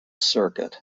circuit